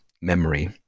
memory